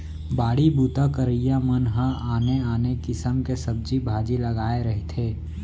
बाड़ी बूता करइया मन ह आने आने किसम के सब्जी भाजी लगाए रहिथे